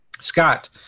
Scott